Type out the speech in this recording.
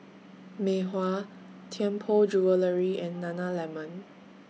Mei Hua Tianpo Jewellery and Nana Lemon